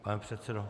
Pane předsedo.